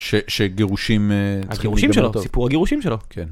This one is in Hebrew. ‫שגירושים... ‫-הגירושים שלו, סיפור הגירושים שלו.